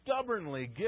stubbornly